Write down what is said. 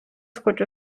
хочу